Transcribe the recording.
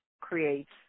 creates